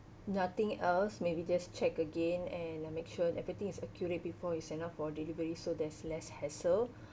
nothing else maybe just check again and make sure everything is accurate before you send out for delivery so there's less hassle